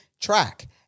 track